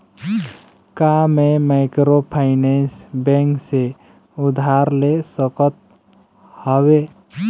का मैं microfinance bank से उधार ले सकत हावे?